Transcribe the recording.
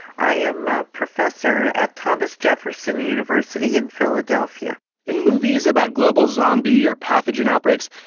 i am a professor at thomas jefferson university in philadelphia in movies about global zombie or pathogen outbreaks,